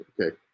okay